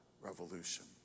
revolution